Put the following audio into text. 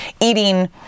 eating